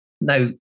Now